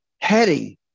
heading